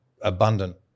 abundant